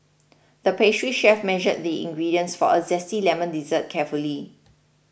the pastry chef measured the ingredients for a Zesty Lemon Dessert carefully